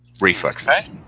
reflexes